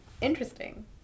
interesting